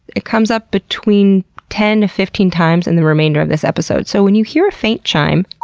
it comes up between ten fifteen times in the remainder of this episode. so, when you hear a faint chime,